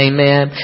Amen